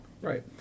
Right